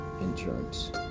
insurance